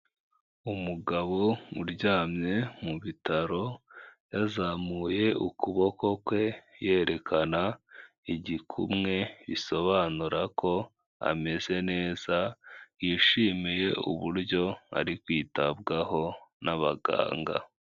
Umugabo uryamye mu bitaro yazamuye ukuboko kwe yerekana igikumwe bisobanura ko ameze neza yishimiye uburyo ari kwitabwaho n'abaganga.